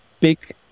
big